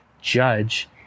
judge